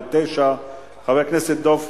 2009 חבר הכנסת דב חנין,